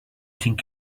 think